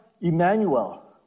Emmanuel